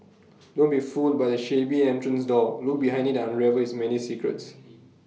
don't be fooled by the shabby entrance door look behind IT unravel its many secrets